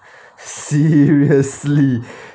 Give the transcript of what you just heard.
seriously